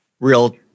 real